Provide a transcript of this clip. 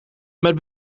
met